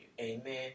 Amen